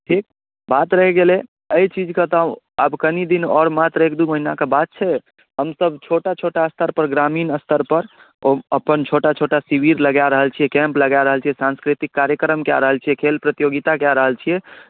ठीक बात रहि गेलै एहि चीजके तऽ आब कनी दिन आओर मात्र एक दू महिनाके बात छै हमसभ छोटा छोटा स्तरपर ग्रामीण स्तरपर ओ अपन छोटा छोटा शिविर लगा रहल छियै कैंप लगा रहल छियै सांस्कृतिक कार्यक्रम कऽ रहल छियै खेल प्रतियोगिता कऽ रहल छियै